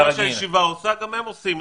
מה שהישיבה עושה גם הם עושים.